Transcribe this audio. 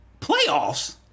playoffs